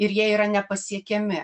ir jie yra nepasiekiami